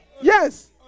Yes